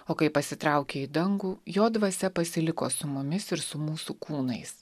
o kai pasitraukė į dangų jo dvasia pasiliko su mumis ir su mūsų kūnais